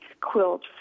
quilt